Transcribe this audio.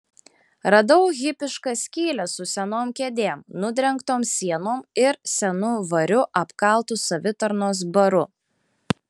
radau hipišką skylę su senom kėdėm nudrengtom sienom ir senu variu apkaltu savitarnos baru